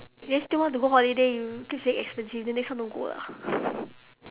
then still want to go holiday you keep saying expensive then next time don't go lah